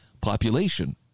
population